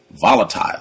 Volatile